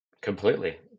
Completely